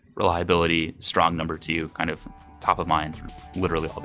reliability, strong number two, kind of top of mind literally